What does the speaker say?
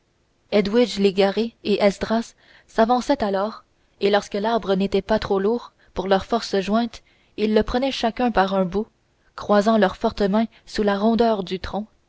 edwige légaré et esdras s'avançaient alors et lorsque l'arbre n'était pas trop lourd pour leurs forces jointes ils le prenaient chacun par un bout croisant leurs fortes mains sous la rondeur du tronc